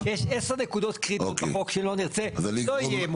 יש עשר נקודות קריטיות בחוק שלא נרצה לא יהיה.